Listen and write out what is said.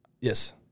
Yes